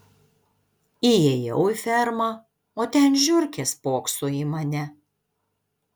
įėjau į fermą o ten žiurkė spokso į mane